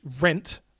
rent